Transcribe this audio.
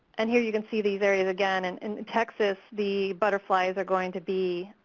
and here you can see these areas again. and in texas, the butterflies are going to be